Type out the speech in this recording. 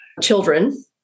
children